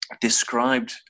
described